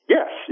Yes